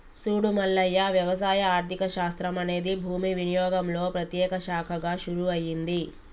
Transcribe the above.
సూడు మల్లయ్య వ్యవసాయ ఆర్థిక శాస్త్రం అనేది భూమి వినియోగంలో ప్రత్యేక శాఖగా షురూ అయింది